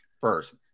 first